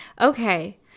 Okay